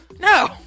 no